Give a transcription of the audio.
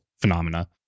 phenomena